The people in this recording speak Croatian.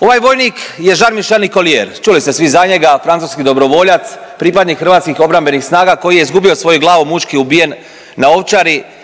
Ovaj vojnik je Jean Michel Nicollier čuli ste svi za njega, francuski dobrovoljac, pripadnik hrvatskih obrambenih snaga koji je izgubio svoju glavu, mučki ubijen na Ovčari.